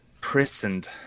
prisoned